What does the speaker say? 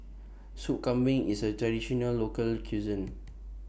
Sup Kambing IS A Traditional Local Cuisine